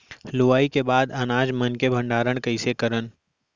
लुवाई के बाद अनाज मन के भंडारण कईसे करन?